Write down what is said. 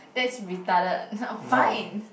that's retarded fine